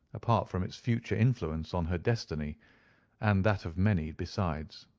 apart from its future influence on her destiny and that of many besides.